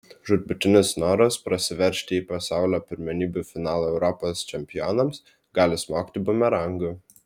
žūtbūtinis noras prasiveržti į pasaulio pirmenybių finalą europos čempionams gali smogti bumerangu